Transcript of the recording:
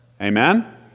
Amen